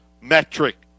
metric